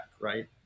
Right